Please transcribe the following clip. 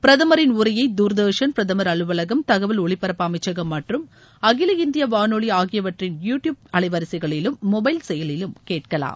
பிரதமரின் உரையை தூர்தர்ஷன் பிரதமர் அலுவலகம் தகவல் ஒலிபரப்பு அமைச்சகம் மற்றும் அகில இந்திய வானொலி ஆகியற்றின் யூ ட்யூப் அலைவரிசைகளிலும் மொனபல் செயலி யிலும் கேட்கலாம்